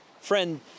Friend